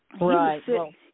Right